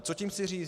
Co tím chci říct?